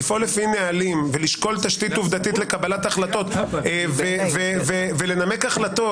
לפעול לפי נהלים ולשקול תשתית עובדתית לקבלת החלטות ולנמק החלטות,